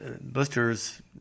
Blisters